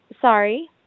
Sorry